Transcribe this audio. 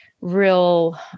real